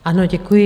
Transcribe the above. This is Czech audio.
Ano, děkuji.